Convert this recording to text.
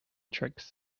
tricks